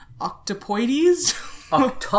octopoides